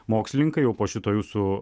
mokslininkai jau po šito jūsų